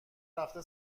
رفته